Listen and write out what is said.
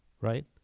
right